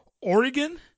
Oregon